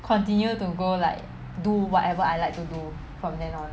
continue to go like do whatever I like to do from then on